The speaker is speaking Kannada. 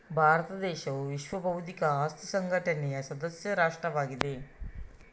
ಭಾರತ ದೇಶವು ವಿಶ್ವ ಬೌದ್ಧಿಕ ಆಸ್ತಿ ಸಂಘಟನೆಯ ಸದಸ್ಯ ರಾಷ್ಟ್ರವಾಗಿದೆ